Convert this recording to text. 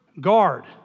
guard